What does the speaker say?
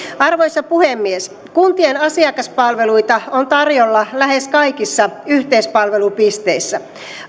arvoisa puhemies kuntien asiakaspalveluita on tarjolla lähes kaikissa yhteispalvelupisteissä